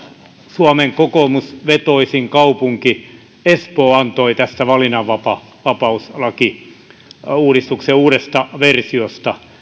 suomen kokoomusvetoisin kaupunki espoo antoi tästä valinnanvapauslakiuudistuksen uudesta versiosta